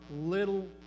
little